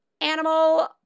animal